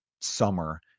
summer